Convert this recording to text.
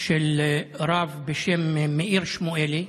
של רב בשם מאיר שמואלי,